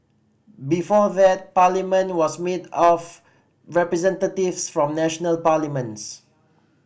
before that Parliament was made of representatives from national parliaments